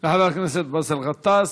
לחבר הכנסת באסל גטאס.